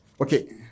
Okay